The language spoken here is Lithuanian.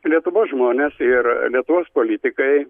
lietuvos žmonės ir lietuvos politikai